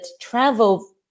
travel